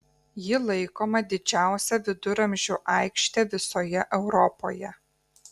ji laikoma didžiausia viduramžių aikšte visoje europoje